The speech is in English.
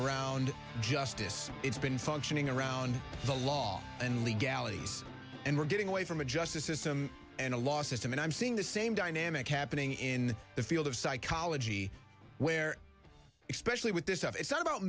around justice it's been functioning around the law and legalities and we're getting away from a justice system and a law system and i'm seeing the same dynamic happening in the field of psychology where especially with this of it's not about